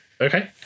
Okay